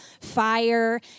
fire